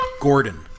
Gordon